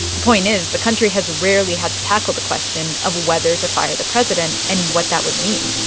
the point is the country has rarely had to tackle the question of whether to fire the president and what that would mean,